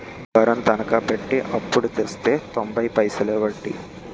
బంగారం తనకా పెట్టి అప్పుడు తెస్తే తొంబై పైసలే ఒడ్డీ